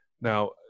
Now